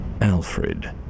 Alfred